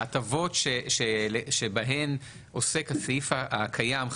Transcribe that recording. ההטבות בהן עוסק הסעיף הקיים,